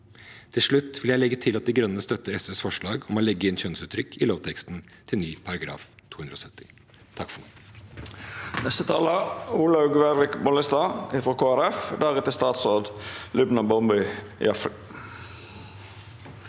Til slutt vil jeg legge til at De Grønne støtter SVs forslag om å legge inn kjønnsuttrykk i lovteksten til ny § 270. Olaug Vervik